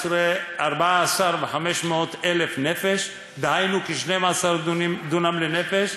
14,500 נפש, דהיינו כ-12 דונם לנפש,